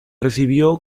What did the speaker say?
recibió